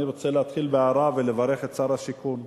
אני רוצה להתחיל בהערה ולברך את שר השיכון,